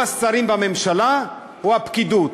האם השרים בממשלה או הפקידות.